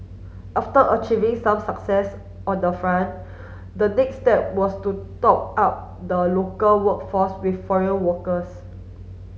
after achieving some success on the front the next step was to top up the local workforce with foreign workers